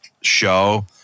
show